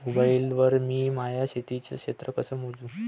Mobile वर मी माया शेतीचं क्षेत्र कस मोजू?